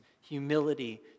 humility